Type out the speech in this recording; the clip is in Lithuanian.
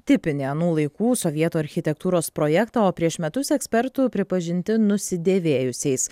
tipinį anų laikų sovietų architektūros projektą o prieš metus ekspertų pripažinti nusidėvėjusiais